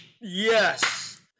Yes